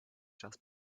just